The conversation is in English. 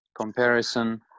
comparison